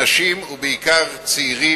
אנשים, ובעיקר צעירים,